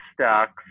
stacks